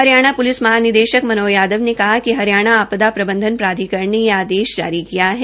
Haryana police महानिदेशक मनोज यादव ने कहा कि हरियाणा आपदा प्रबंधन प्राधिकरण ने ये आदेश जारी किया है